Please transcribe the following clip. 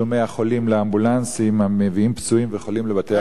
התשלומים כשאמבולנסים מביאים פצועים וחולים לבתי,